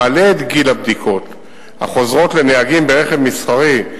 המעלה את גיל הבדיקות החוזרות לנהגים ברכב מסחרי,